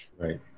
right